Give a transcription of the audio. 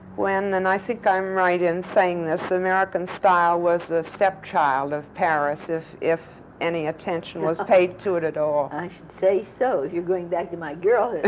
when and i think i'm right in saying this american style was a stepchild of paris, if if any attention was paid to it at all? lambert i should say so, if you're going back to my girlhood.